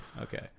okay